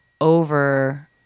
over